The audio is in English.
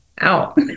out